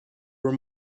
were